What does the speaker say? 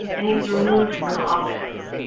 and he was removed from office.